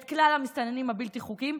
את כלל המסתננים הבלתי-חוקיים,